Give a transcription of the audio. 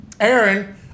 Aaron